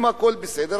ואם הכול בסדר,